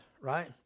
right